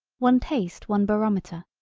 one taste one barometer.